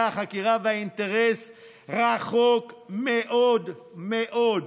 החקירה והאינטרס הוא רחוק מאוד מאוד.